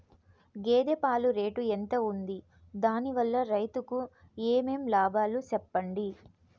గేదె పాలు రేటు ఎంత వుంది? దాని వల్ల రైతుకు ఏమేం లాభాలు సెప్పండి?